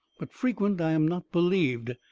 but frequent i am not believed.